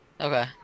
Okay